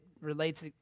relates